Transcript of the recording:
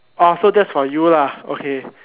orh so that's for you lah okay